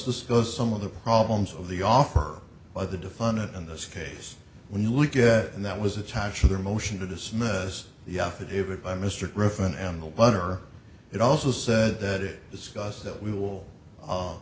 discuss some of the problems of the offer by the defendant in this case when you look at and that was attached to their motion to dismiss the affidavit by mr griffin and the butler it also said that it discusses that we will